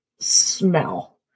smell